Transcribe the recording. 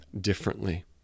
differently